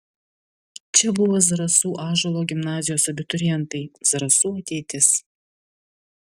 čia buvo zarasų ąžuolo gimnazijos abiturientai zarasų ateitis